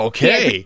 Okay